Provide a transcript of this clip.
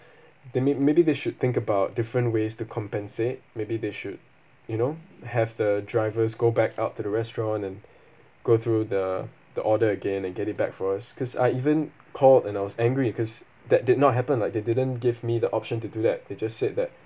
they may~ maybe they should think about different ways to compensate maybe they should you know have the drivers go back out to the restaurant and go through the the order again and get it back for us because I even called and I was angry because that did not happen like they didn't give me the option to do that they just said that